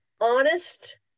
honest